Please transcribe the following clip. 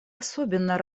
особенно